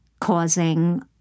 causing